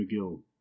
McGill